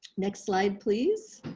next slide please.